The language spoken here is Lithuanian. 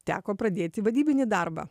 teko pradėti vadybinį darbą